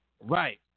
Right